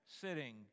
sitting